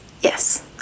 yes